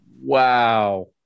Wow